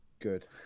good